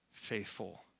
faithful